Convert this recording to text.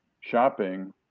shopping